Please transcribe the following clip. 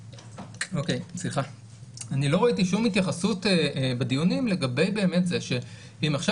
אני לא ראיתי שום התייחסות בדיונים לגבי באמת זה אם עכשיו